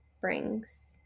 brings